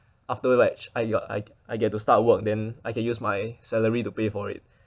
after like ch~ I I I get to start work then I can use my salary to pay for it